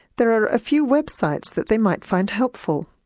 there are a few websites that they might find helpful.